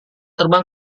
terbang